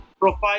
profile